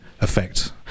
effect